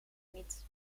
niet